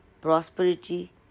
prosperity